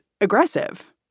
aggressive